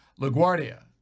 LaGuardia